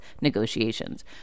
negotiations